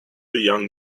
young